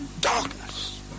darkness